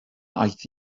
aeth